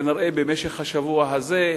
כנראה בשבוע הזה,